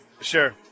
Sure